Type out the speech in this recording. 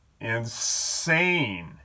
insane